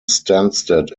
stansted